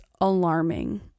alarming